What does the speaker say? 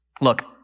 look